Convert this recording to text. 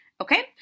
okay